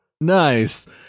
Nice